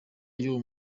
y’uwo